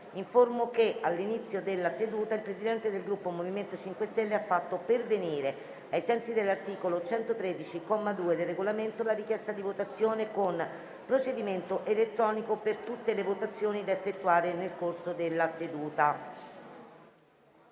che all'inizio della seduta il Presidente del Gruppo MoVimento 5 Stelle ha fatto pervenire, ai sensi dell'articolo 113, comma 2, del Regolamento, la richiesta di votazione con procedimento elettronico per tutte le votazioni da effettuare nel corso della seduta.